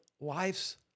lives